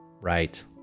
Right